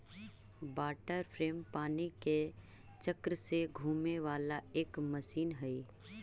water frame पानी के चक्र से घूमे वाला एक मशीन हई